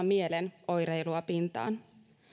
mielen oireilua pintaan